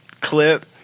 clip